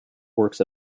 works